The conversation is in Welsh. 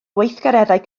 gweithgareddau